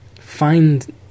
find